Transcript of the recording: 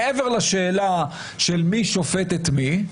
מעבר לשאלה של מי שופט את מי,